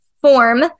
form